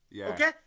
Okay